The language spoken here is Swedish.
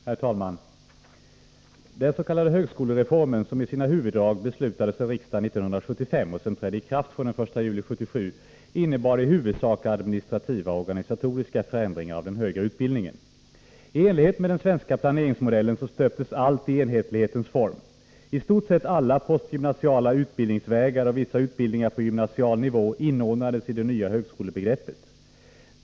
Herr talman! Den s.k. högskolereformen, som i sina huvuddrag beslutades av riksdagen 1975 och som trädde i kraft från den 1 juli 1977, innebar i huvudsak administrativa och organisatoriska förändringar av den högre utbildningen. I enlighet med den svenska planeringsmodellen stöptes allt i enhetlighetens form. I stort sett alla postgymnasiala utbildningsvägar och vissa utbildningar på gymnasial nivå inordnades i det nya högskolebegreppet.